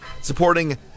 Supporting